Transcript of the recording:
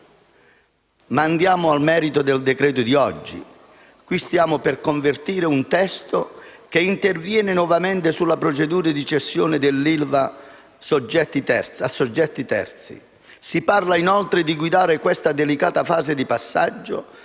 Andiamo al merito del decreto-legge di oggi. Stiamo per convertire un testo che interviene nuovamente sulla procedura di cessione dell'ILVA a soggetti terzi. Si parla, inoltre, di guidare la delicata fase di passaggio